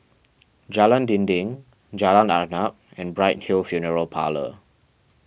Jalan Dinding Jalan Arnap and Bright Hill Funeral Parlour